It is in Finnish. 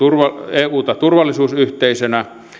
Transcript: euta turvallisuusyhteisönä